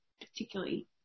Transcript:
particularly